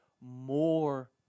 more